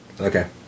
Okay